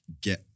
get